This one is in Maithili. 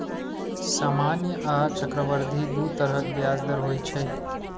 सामान्य आ चक्रवृद्धि दू तरहक ब्याज दर होइ छै